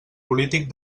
polític